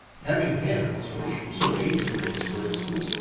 having hands, which so aids a race, for instance,